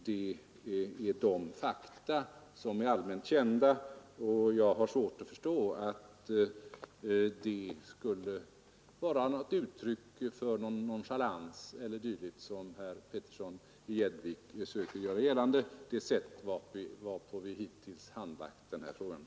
Det är de fakta som är allmänt kända. Jag har svårt att förstå att det sätt varpå vi hittills handlagt denna fråga skulle vara uttryck för någon nonchalans, som herr Petersson i Gäddvik försöker göra gällande.